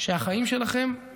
שהחיים שלכם,